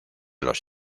los